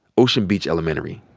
ocean beach elementary.